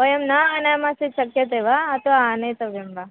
वयं न आनयामः चेत् शक्यते वा अथवा आनेतव्यं वा